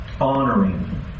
honoring